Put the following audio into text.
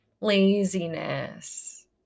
laziness